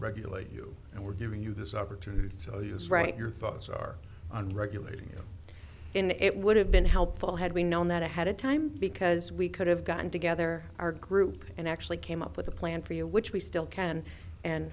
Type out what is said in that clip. regulate you and we're giving you this opportunity so use write your thoughts are on regulating and it would have been helpful had we known that ahead of time because we could have gotten together our group and actually came up with a plan for you which we still can and